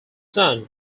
son